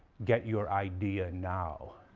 get your idea now.